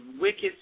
wicked